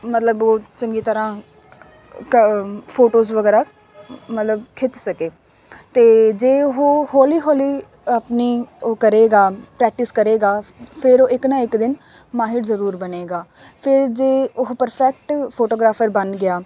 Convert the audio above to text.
ਮਤਲਬ ਉਹ ਚੰਗੀ ਤਰ੍ਹਾਂ ਕ ਫੋਟੋਜ ਵਗੈਰਾ ਮਤਲਬ ਖਿੱਚ ਸਕੇ ਅਤੇ ਜੇ ਉਹ ਹੌਲੀ ਹੌਲੀ ਆਪਣੀ ਉਹ ਕਰੇਗਾ ਪ੍ਰੈਕਟਿਸ ਕਰੇਗਾ ਫਿਰ ਉਹ ਇੱਕ ਨਾ ਇੱਕ ਦਿਨ ਮਾਹਰ ਜ਼ਰੂਰ ਬਣੇਗਾ ਫਿਰ ਜੇ ਉਹ ਪਰਫੈਕਟ ਫੋਟੋਗ੍ਰਾਫਰ ਬਣ ਗਿਆ